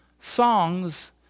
songs